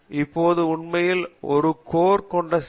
இப்போது உண்மையில் 1 கோர் கொண்ட சி